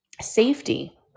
safety